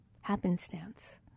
happenstance